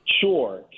sure